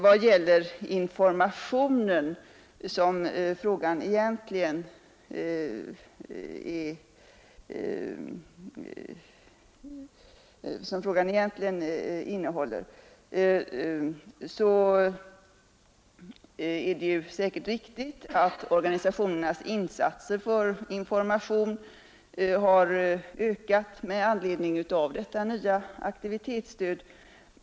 Vad beträffar den information som frågan egentligen gäller, är det säkert riktigt att organisationernas insatser för information har ökat med anledning av detta nya aktivitetsstöd.